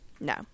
No